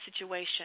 situation